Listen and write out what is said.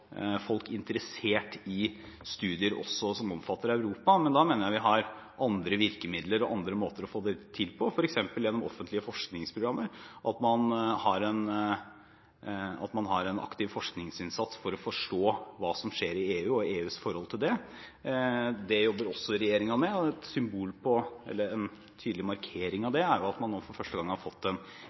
folk interessert i studier som omfatter Europa, men da mener jeg at vi har andre virkemidler og andre måter å få det til på, f.eks. gjennom offentlige forskningsprogrammer, at man har en aktiv forskningsinnsats for å forstå hva som skjer i EU og EUs forhold til det. Det jobber også regjeringen med, og en tydelig markering av det er at man nå for første gang har fått